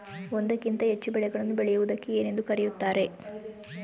ಒಂದಕ್ಕಿಂತ ಹೆಚ್ಚು ಬೆಳೆಗಳನ್ನು ಬೆಳೆಯುವುದಕ್ಕೆ ಏನೆಂದು ಕರೆಯುತ್ತಾರೆ?